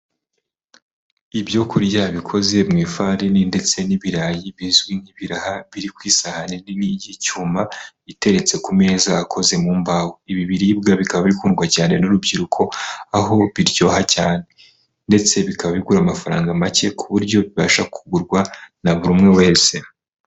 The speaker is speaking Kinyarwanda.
Ibyo kurya bikoze mu ifarini ndetse n'ibirayi bizwi nk'ibiraha, biri ku isahani nini y'icyuma iteretse ku meza akoze mu mbaho. Ibi biribwa bikaba bikundwa cyane n'urubyiruko aho biryoha cyane, ndetse bikaba bigura amafaranga make ku buryo bibasha kugurwa na buri umwe wese.